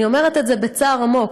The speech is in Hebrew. אני אומרת את זה בצער עמוק,